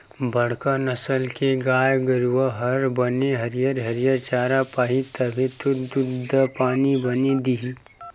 बड़का नसल के गाय गरूवा हर बने हरियर हरियर चारा पाही तभे तो दूद पानी बने दिही